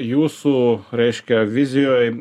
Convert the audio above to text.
jūsų reiškia vizijoj